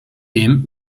dem